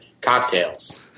cocktails